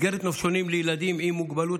מסגרת נופשונים לילדים עם מוגבלות